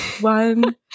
one